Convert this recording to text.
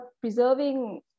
preserving